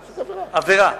עבירה.